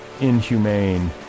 inhumane